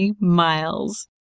miles